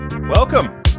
welcome